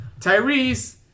Tyrese